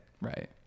Right